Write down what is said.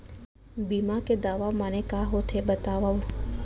बीमा के दावा माने का होथे बतावव?